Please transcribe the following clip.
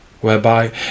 whereby